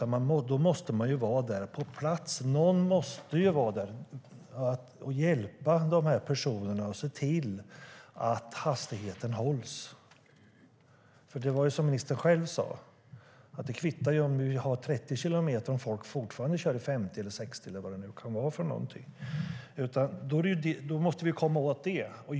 Någon måste vara på plats och hjälpa dessa personer och se till att hastigheten hålls. Som ministern själv sade kvittar det om vi har en hastighetsgräns på 30 kilometer i timmen om folk fortfarande kör i 50, 60 eller vad det kan vara. Då måste vi komma åt det.